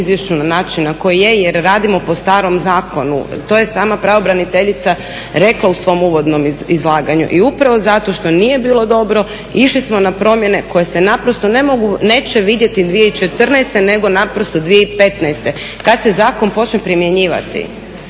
izvješću na način na koji je jer radimo po starom zakonu. To je i sama pravobraniteljica rekla u svom uvodnom izlaganju. I upravo zato što nije bilo dobro išli smo na promjene koje se naprosto ne mogu, neće vidjeti 2014. nego naprosto 2015. kad se zakon počne primjenjivati.